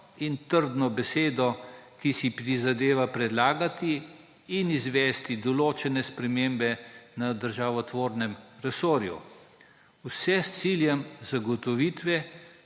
in trdno besedo, ki si prizadeva predlagati in izvesti določene spremembe na državotvornem resorju, vse s ciljem zagotovitve